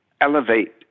elevate